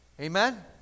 Amen